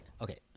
Okay